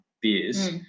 beers